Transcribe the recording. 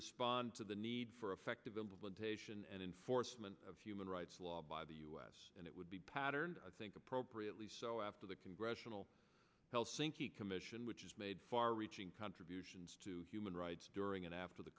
respond to the need for effective implementation and enforcement of human rights law by the and it would be patterned i think appropriately so after the congressional helsinki commission which has made far reaching contributions to human rights during and after the